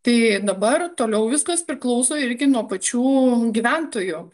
tai dabar toliau viskas priklauso irgi nuo pačių gyventojų